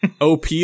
OP